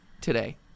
today